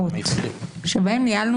אדוני היושב-ראש: אתה לא משחק סטנגה,